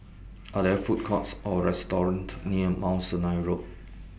Are There Food Courts Or restaurants near Mount Sinai Road